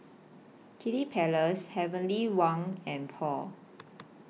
Kiddy Palace Heavenly Wang and Paul